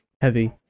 heavy